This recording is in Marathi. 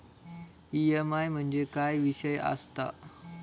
ई.एम.आय म्हणजे काय विषय आसता?